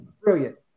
brilliant